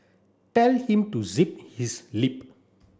tell him to zip his lip